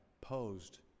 posed